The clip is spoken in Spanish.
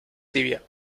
tibia